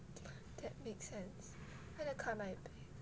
that makes sense gonna cut my